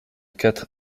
quatre